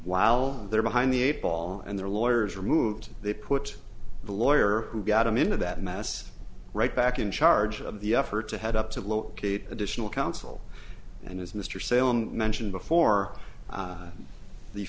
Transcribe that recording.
while they're behind the eight ball and their lawyers removed they put the lawyer who got them into that mess right back in charge of the effort to head up to locate additional counsel and as mr salem mentioned before